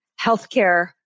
healthcare